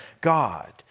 God